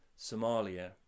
Somalia